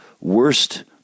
worst